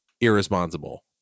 irresponsible